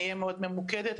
אני אהיה מאוד ממוקדת.